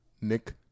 Nick